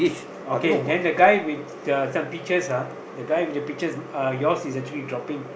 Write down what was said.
okay then the guy with the some pictures ah the guy with the pictures uh yours is actually dropping